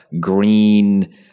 green